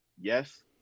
Yes